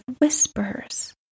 Whispers